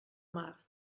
mar